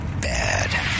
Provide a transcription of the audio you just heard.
bad